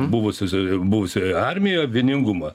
buvusiose buvusioje armijo vieningumą